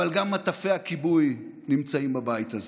אבל גם מטפי הכיבוי נמצאים בבית הזה.